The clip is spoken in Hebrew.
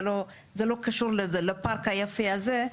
זה לא קשור לפארק היפה הזה,